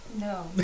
No